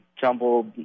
jumbled